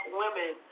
women